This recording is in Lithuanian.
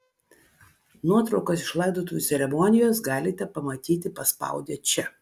nuotraukas iš laidotuvių ceremonijos galite pamatyti paspaudę čia